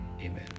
Amen